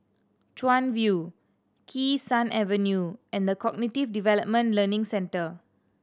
Chuan View Kee Sun Avenue and The Cognitive Development Learning Centre